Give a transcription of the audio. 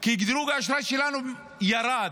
כי דירוג האשראי שלנו ירד,